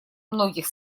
многих